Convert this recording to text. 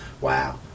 wow